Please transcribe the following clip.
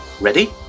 Ready